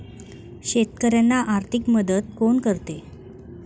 शेतकऱ्यांना आर्थिक मदत कोण करते?